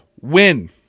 win